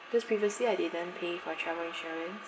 cause previously I didn't pay for travel insurance